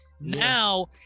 now